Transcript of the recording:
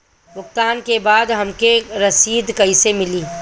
भुगतान के बाद हमके रसीद कईसे मिली?